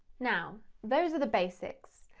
now, those are the basics.